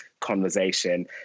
conversation